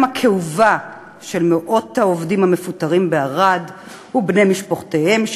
הכאובה של מאות העובדים המפוטרים בערד ובני משפחותיהם,